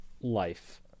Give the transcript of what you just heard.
life